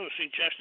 suggested